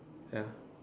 ya